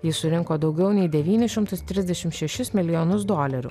jis surinko daugiau nei devynis šimtus trisdešimt šešis milijonus dolerių